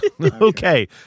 Okay